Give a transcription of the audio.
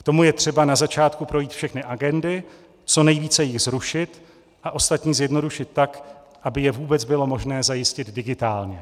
K tomu je třeba na začátku projít všechny agendy, co nejvíce jich zrušit a ostatní zjednodušit tak, aby je vůbec bylo možné zajistit digitálně.